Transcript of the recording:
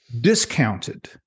discounted